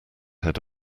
head